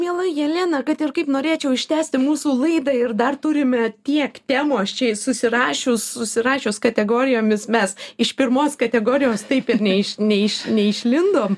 miela jelena kad ir kaip norėčiau ištęsti mūsų laidą ir dar turime tiek temų aš čia susirašius susirašius kategorijomis mes iš pirmos kategorijos taip ir ne iš ne iš neišlindom